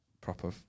proper